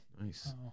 nice